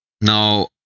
Now